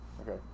okay